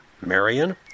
Marion